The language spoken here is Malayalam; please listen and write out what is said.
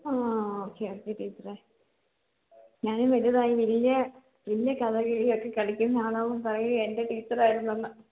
ആ ഓക്കെ ഓക്കെ ടീച്ചറെ ഞാൻ വലുതായി വലിയ വലിയ കഥകളിയൊക്കെ കളിക്കുന്ന ആളാകുമ്പോൾ പറയും എൻ്റെ ടീച്ചറായിരുന്നെന്ന്